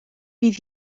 bydd